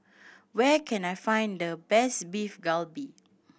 where can I find the best Beef Galbi